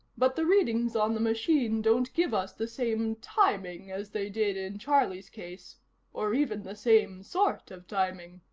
but the readings on the machine don't give us the same timing as they did in charlie's case or even the same sort of timing.